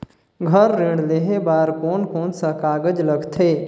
घर ऋण लेहे बार कोन कोन सा कागज लगथे?